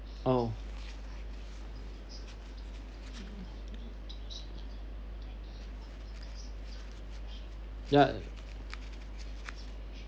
oh ya